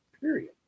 period